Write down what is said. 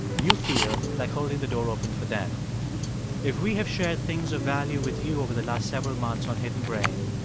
you feel like holding the door open for them if we have shared things of value with you over the last several months on hidden brain,